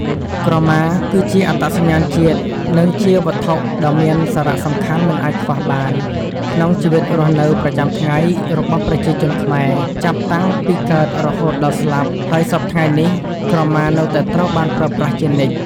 ក្រមា គឺជាអត្តសញ្ញាណជាតិ និងជាវត្ថុដ៏មានសារៈសំខាន់មិនអាចខ្វះបាន ក្នុងជីវិតរស់នៅប្រចាំថ្ងៃរបស់ប្រជាជនខ្មែរ ចាប់តាំងពីកើតរហូតដល់ស្លាប់ហើយសព្វថ្ងៃនេះក្រមានៅតែត្រូវបានប្រើប្រាស់ជានិច្ច។